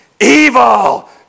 evil